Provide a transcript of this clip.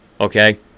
Okay